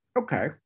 okay